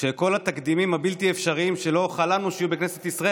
שאת כל התקדימים הבלתי-אפשריים שלא חלמנו שיהיו בכנסת ישראל,